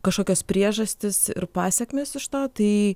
kažkokios priežastys ir pasekmės iš to tai